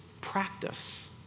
practice